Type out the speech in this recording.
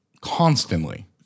constantly